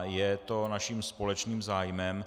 Je to naším společným zájmem.